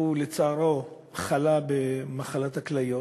הוא לצערו חלה במחלת כליות,